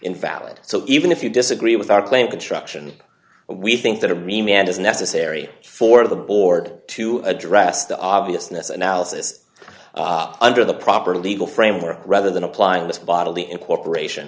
invalid so even if you disagree with our claim construction we think that every man is necessary for the board to address the obviousness analysis under the proper legal framework rather than applying this bodily incorporation